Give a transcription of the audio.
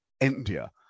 India